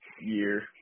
year